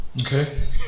Okay